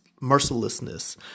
mercilessness